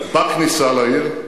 בכניסה לעיר,